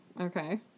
okay